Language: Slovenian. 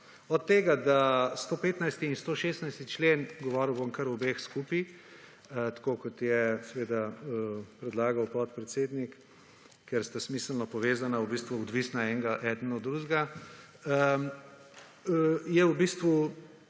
Od tega, da 115. in 116. člen, govoril bom kar o obeh skupaj, tako kot je seveda predlagal podpredsednik, ker sta smiselno povezana, v bistvu odvisna eden od drugega, je v bistvu